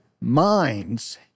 minds